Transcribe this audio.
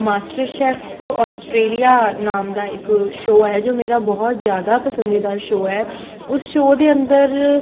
master chef Australia ਨਾਮ ਦਾ ਇੱਕ ਸ਼ੋਅ ਹੈ ਜੋ ਮੇਰਾ ਬਹੁਤ ਜ਼ਿਆਦਾ ਪਸੰਦੀਦਾ ਸ਼ੋਅ ਹੈ ਉਸ ਸ਼ੋਅ ਦੇ ਅੰਦਰ